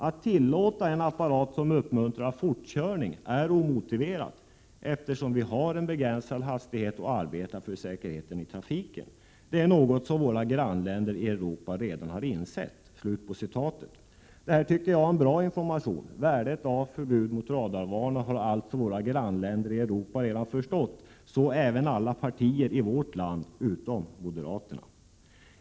Att tillåta en apparat som uppmuntrar fortkörning är omotiverat eftersom vi har en begränsad hastighet och arbetar för säkerhet i trafiken. Det är något som våra grannländer i Europa redan har insett.” Detta är, tycker jag, en bra information. Värdet av förbud mot radarvarnare har alltså våra grannländer i Europa redan förstått — så även alla partier i vårt land, utom moderaterna.